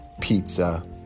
pizza